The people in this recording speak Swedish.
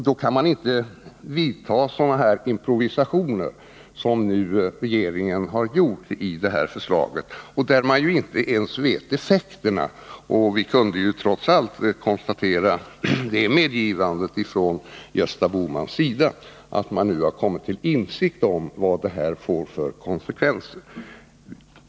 Då kan man inte vidta sådana här improvisationer som regeringen har gjort i sitt förslag, när man inte ens vet vilka effekter de får. Men vi kunde ju trots allt konstatera det medgivandet av Gösta Bohman, att man nu har kommit till insikt om vad det här får för konsekvenser.